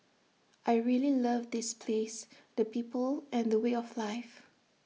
I really love this place the people and the way of life